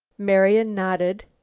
marian nodded.